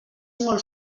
molt